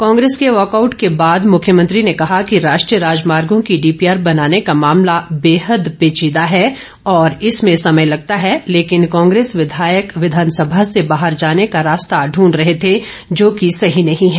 कांग्रेस के वॉकआउट के बाद मुख्यमंत्री ने कहा कि राष्ट्रीय राजमार्गो की डीपीआर बनाने का मामला बेहद पेचीदा है और इसमें समय लगता है लेकिन कांग्रेस विधायक विधानसभा से बाहर जाने का रास्ता दूंढ रहे थे जोकि सही नहीं है